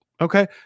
Okay